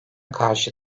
karşı